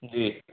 جی